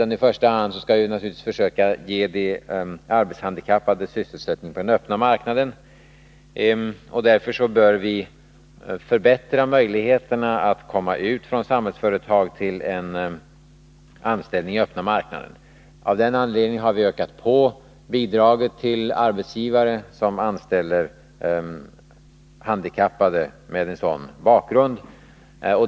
I första hand skall vi naturligtvis försöka ge de arbetshandikappade sysselsättning på den öppna marknaden. Därför bör vi förbättra möjligheterna att komma ut från Samhällsföretag till en anställning på den öppna marknaden. Av den anledningen har vi ökat på bidraget till arbetsgivare som anställer handikappade med en sådan bakgrund.